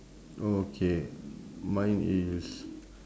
okay mine is